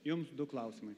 jums du klausimai